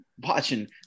watching